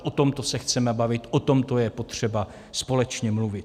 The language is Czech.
O tomto se chceme bavit, o tomto je potřeba společně mluvit.